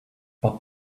but